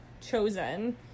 chosen